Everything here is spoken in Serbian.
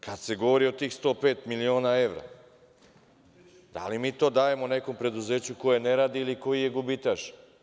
Kad se govori od tih 105 miliona evra, da li mi to dajemo nekom preduzeću koje ne radi ili koji je gubitaš?